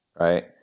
right